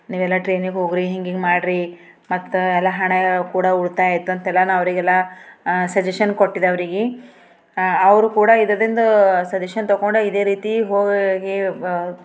ನೀವೆಲ್ಲ ಟ್ರೈನಿಗೆ ಹೋಗ್ರಿ ಹಿಂಗೆ ಹಿಂಗೆ ಮಾಡ್ರಿ ಮತ್ತೆ ಎಲ್ಲ ಹಣ ಕೂಡ ಉಳಿತಾಯ ಆಯ್ತಂತೆಲ್ಲ ನಾವು ಅವ್ರಿಗೆಲ್ಲ ಸಜೆಷನ್ ಕೊಟ್ಟಿದ್ದೆ ಅವ್ರಿಗೆ ಅವರು ಕೂಡ ಇದರಿಂದ ಸಜೆಷನ್ ತೊಗೊಂಡು ಇದೇ ರೀತಿ